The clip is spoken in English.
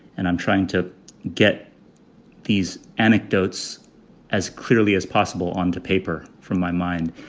and i'm trying to get these anecdotes as clearly as possible onto paper from my mind.